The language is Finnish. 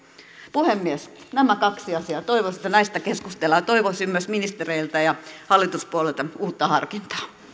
puhemies nämä kaksi asiaa toivoisin että näistä keskustellaan ja toivoisin myös ministereiltä ja hallituspuolueilta uutta harkintaa